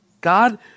God